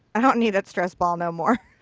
i don't need that stress ball no more.